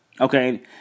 Okay